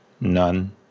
none